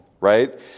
right